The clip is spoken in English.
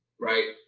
Right